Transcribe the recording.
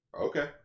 Okay